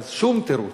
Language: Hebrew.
ואז שום תירוץ,